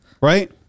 Right